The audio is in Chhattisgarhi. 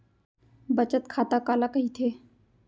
बचत खाता काला कहिथे?